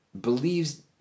Believes